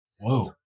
Whoa